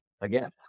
again